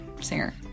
singer